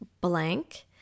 blank